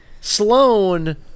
Sloane